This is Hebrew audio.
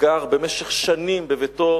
גר במשך שנים בביתו